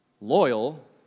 Loyal